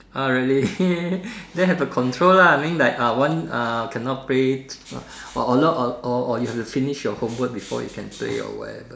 ah really then have to control lah I mean like uh one uh cannot play or a lot or or you have to finish your homework before you can play your whatever